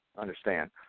understand